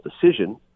decision